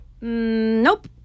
Nope